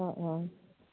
অঁ অঁ